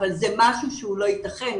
אבל זה משהו שהוא לא ייתכן,